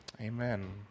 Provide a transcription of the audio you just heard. Amen